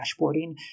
dashboarding